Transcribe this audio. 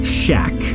shack